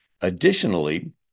Additionally